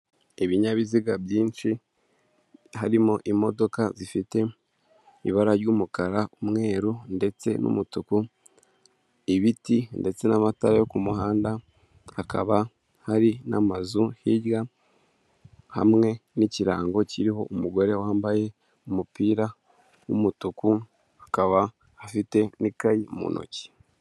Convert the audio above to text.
Ibinyabiziga byinshi, harimo imodoka zifite ibara ry'umukara, umweru ndetse n'umutuku, ibiti ndetse n'amatara yo ku muhanda, hakaba hari n'amazu hirya, hamwe n'ikirango kiriho umugore wambaye umupira w'umutuku, akaba afite n'ikayi mu ntoki.